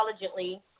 intelligently